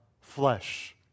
flesh